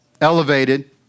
elevated